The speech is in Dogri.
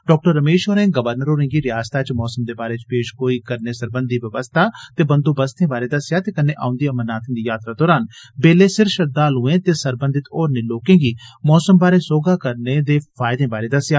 डॉ रमेश होरें गवर्नर होरें गी रियासतै च मौसम दे बारै पेशगोई करने सरबंघी व्यवस्था ते बंदोबस्ते बारै दस्सेया ते कन्नै औंदी अमरनाथें दी यात्रा दौरान बेल्लै सिर श्रद्वालुएं ते सरबंधित होरने लोकें गी मौसम बारै सोह्गा करने दे फायदे बारै दस्सेया